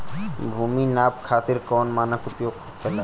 भूमि नाप खातिर कौन मानक उपयोग होखेला?